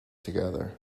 together